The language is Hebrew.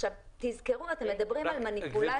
תזכרו שאתם מדברים על מניפולציה.